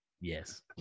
Yes